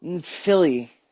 Philly